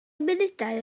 munudau